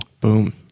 boom